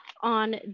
on